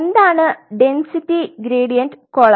എന്താണ് density gradient column